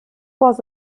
was